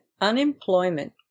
unemployment